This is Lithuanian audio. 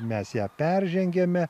mes ją peržengėme